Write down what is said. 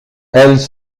elles